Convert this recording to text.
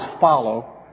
follow